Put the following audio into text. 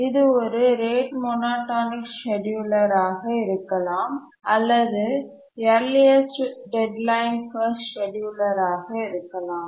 இது ஒரு rate monotonic scheduler ஆக இருக்கலாம் அல்லது யர்லியஸ்ட் டெட்லைன் ஃபர்ஸ்ட் ஸ்கேட்யூலர் ஆக இருக்கலாம்